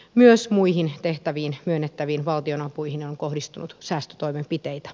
myös muihin tehtäviin myönnettäviin valtionapuihin on kohdistunut säästötoimenpiteitä